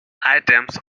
items